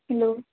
hello